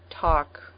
talk